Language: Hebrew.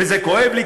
וזה כואב לי,